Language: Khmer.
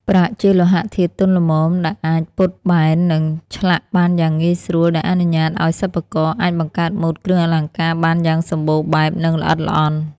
ប្រាក់ជាលោហៈធាតុទន់ល្មមដែលអាចពត់បែន និងឆ្លាក់បានយ៉ាងងាយស្រួល ដែលអនុញ្ញាតឲ្យសិប្បករអាចបង្កើតម៉ូដគ្រឿងអលង្ការបានយ៉ាងសម្បូរបែប និងល្អិតល្អន់។